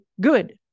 good